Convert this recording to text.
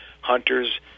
hunters